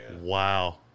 Wow